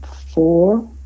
four